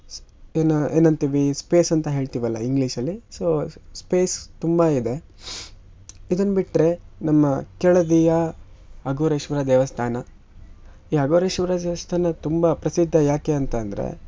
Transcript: ಸ್ ಏನು ಏನಂತೀವಿ ಸ್ಪೇಸಂತ ಹೇಳ್ತೀವಲ್ಲ ಇಂಗ್ಲೀಷಲ್ಲಿ ಸೋ ಸ್ಪೇಸ್ ತುಂಬ ಇದೆ ಇದನ್ನ ಬಿಟ್ಟರೆ ನಮ್ಮ ಕೆಳದಿಯ ಅಘೋರೇಶ್ವರ ದೇವಸ್ಥಾನ ಈ ಅಘೋರೇಶ್ವರ ದೇವಸ್ಥಾನ ತುಂಬ ಪ್ರಸಿದ್ಧ ಯಾಕೆ ಅಂತಂದರೆ